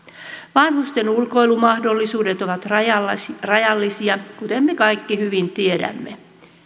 vanhusten ulkoilumahdollisuudet ovat rajallisia rajallisia kuten me kaikki hyvin tiedämme